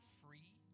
free